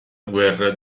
guerra